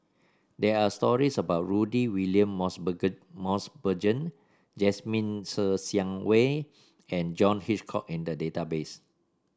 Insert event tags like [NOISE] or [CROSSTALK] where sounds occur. there are stories about Rudy William [UNINTELLIGIBLE] Mosbergen Jasmine Ser Xiang Wei and John Hitchcock in the database